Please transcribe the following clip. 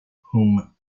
whom